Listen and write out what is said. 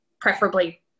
preferably